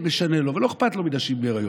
משנה לו ולא כל כך אכפת לו מנשים בהיריון,